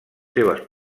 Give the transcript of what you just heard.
seves